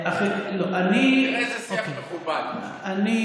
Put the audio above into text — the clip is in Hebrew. תראה איזה שיח מכובד, איך הוא מכבד אותך.